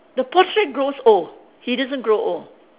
the portrait grows old he doesn't grow old